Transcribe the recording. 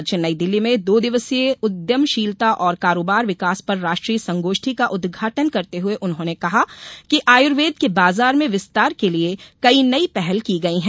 आज नईदिल्ली में दो दिवसीय उद्यमशीलता और कारोबार विकास पर राष्ट्रीय संगोष्ठी का उद्घाटन करते हुए उन्होंने कहा कि आयुर्वेद के बाजार में विस्तार के लिए कई नई पहल की गयी है